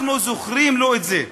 אנחנו זוכרים לו את זה.